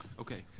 okay.